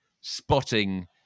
spotting